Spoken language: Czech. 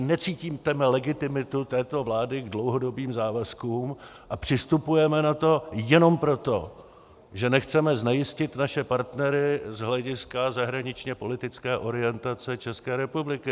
My jaksi necítíme legitimitu této vlády k dlouhodobým závazkům a přistupujeme na to jenom proto, že nechceme znejistit naše partnery z hlediska zahraničněpolitické orientace České republiky.